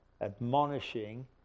admonishing